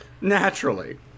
Naturally